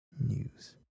news